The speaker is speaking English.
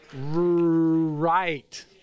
right